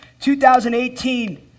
2018